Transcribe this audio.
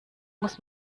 muss